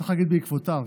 צריך להגיד: בעקבותיו.